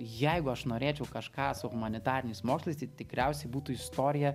jeigu aš norėčiau kažką su humanitariniais mokslais tai tikriausiai būtų istorija